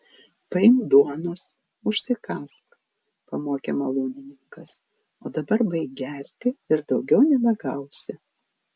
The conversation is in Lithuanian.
paimk duonos užsikąsk pamokė malūnininkas o dabar baik gerti ir daugiau nebegausi